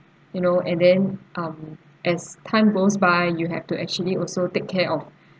you know and then um as time goes by you have to actually also take care of